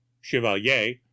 Chevalier